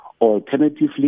Alternatively